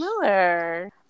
Miller